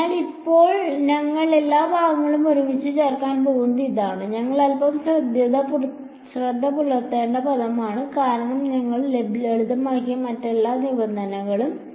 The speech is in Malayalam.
അതിനാൽ ഇപ്പോൾ ഞങ്ങൾ ഈ ഭാഗങ്ങളെല്ലാം ഒരുമിച്ച് ചേർക്കാൻ പോകുന്നത് ഇതാണ് ഞങ്ങൾ അൽപ്പം ശ്രദ്ധ പുലർത്തേണ്ട പദമാണ് കാരണം നിങ്ങൾ ലളിതമാക്കിയ മറ്റെല്ലാ നിബന്ധനകളും